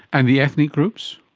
and the ethnic groups?